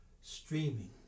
streaming